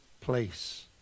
place